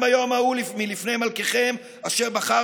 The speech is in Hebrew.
והיום, אחרי ההתלבטויות, ואחרי